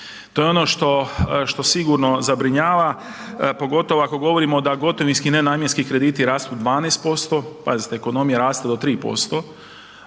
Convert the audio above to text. To je ono što, što sigurno zabrinjava, pogotovo ako govorimo da gotovinski nenamjenski krediti rastu 12%, pazite u ekonomiji rastu do 3%,